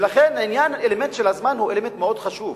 ולכן האלמנט של הזמן הוא אלמנט מאוד חשוב.